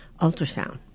ultrasound